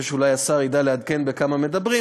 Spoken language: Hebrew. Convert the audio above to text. אני חושב שאולי השר ידע לעדכן על כמה מדברים,